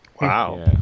Wow